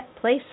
Place